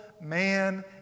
man